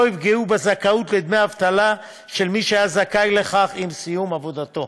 יפגעו בזכאות לדמי אבטלה של מי שהיה זכאי לכך עם סיום עבודתו.